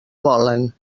volen